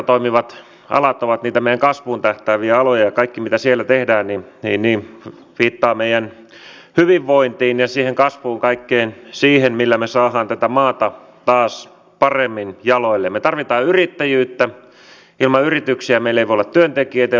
jaosto on kiinnittänyt huomiota muun muassa muutamiin seikkoihin joita ovat olleet hallinnon ongelmakohdat viennin ja kansainvälistymisen kehittämismahdollisuudet tutkimus ja kehittämis sekä innovaatiotoiminnan merkitys huononeva työllisyystilanne ja kotouttamisen kehittämistarpeet jotka ovat nyt viime aikoina tulleet hyvin voimakkaasti esille